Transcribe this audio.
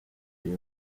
uyu